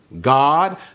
God